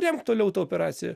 remk toliau tą operaciją